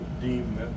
deemed